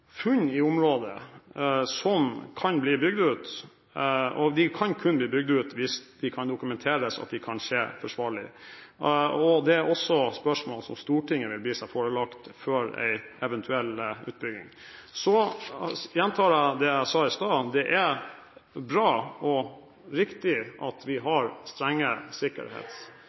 Funn i området som kan bli bygd ut – det kan kun bli bygd ut hvis det kan dokumenteres at det kan skje forsvarlig – er spørsmål som Stortinget vil få seg forelagt før en eventuell utbygging. Så gjentar jeg det jeg sa i stad: Det er bra og riktig at vi har strenge sikkerhets-